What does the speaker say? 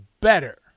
better